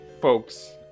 folks